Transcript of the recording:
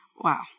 Wow